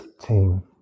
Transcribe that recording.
team